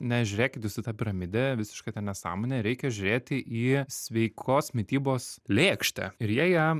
nežiūrėkit jūs į tą piramidę visiška ten nesąmonė reikia žiūrėti į sveikos mitybos lėkštę ir jie ją